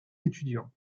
étudiants